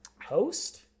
Host